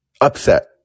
upset